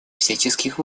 всяческих